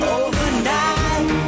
Overnight